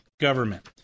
government